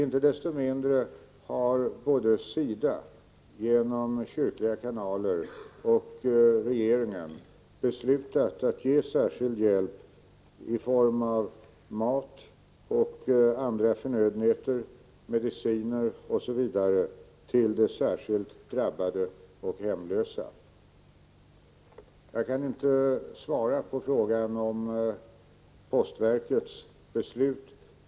Inte desto mindre har både SIDA och regeringen beslutat att ge särskild hjälp — i SIDA:s fall genom kyrkliga kanaler — i form av mat och andra förnödenheter, mediciner osv. till de hårdast drabbade och hemlösa. Jag kan inte svara på frågan om postverkets beslut.